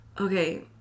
okay